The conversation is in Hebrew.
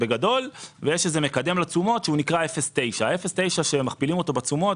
ויש מקדם לתשומות שנקרא 0.9. כאשר מכפילים 0.9 בתשומות